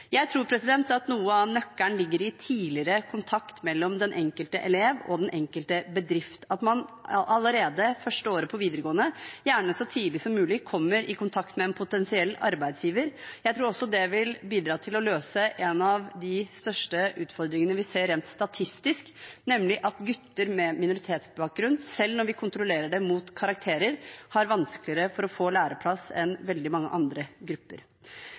Jeg tror at noe av nøkkelen ligger i tidligere kontakt mellom den enkelte elev og den enkelte bedrift, at man allerede første året på videregående, gjerne så tidlig som mulig, kommer i kontakt med en potensiell arbeidsgiver. Jeg tror også det vil bidra til å løse en av de største utfordringene vi ser rent statistisk, nemlig at gutter med minoritetsbakgrunn, selv når vi kontrollerer det mot karakterer, har vanskeligere for å få læreplass enn veldig mange andre grupper.